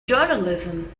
journalism